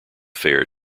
fair